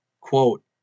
quote